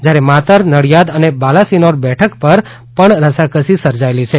જયારે માતર નડિયાદ અને બાલાસિનોર બેઠક પર પણ રસાકસી સર્જાયેલી છે